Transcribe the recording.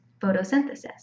photosynthesis